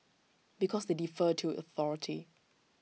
because they defer to authority